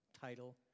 title